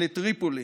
לטריפולי,